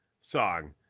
song